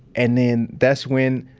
and then, that's when